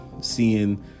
seeing